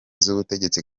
z’ubutegetsi